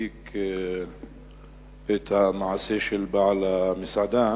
מצדיק את המעשה של בעל המסעדה.